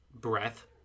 Breath